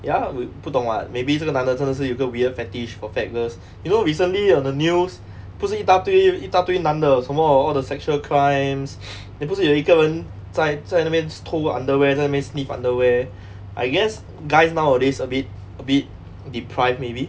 ya we 不懂 [what] maybe 这个男的真的是有个 weird fetish for fat girls you know recently on the news 不是一大堆一大堆男的什么 all the sexual crimes then 不是有一个人在在那边偷 underwear 在那边 sniff underwear I guess guys nowadays a bit a bit deprived maybe